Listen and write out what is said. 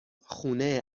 خونه